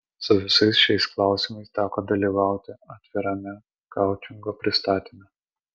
su visais šiais klausimais teko dalyvauti atvirame koučingo pristatyme